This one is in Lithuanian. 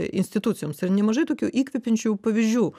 institucijoms ir nemažai tokių įkvepiančių pavyzdžių